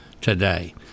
today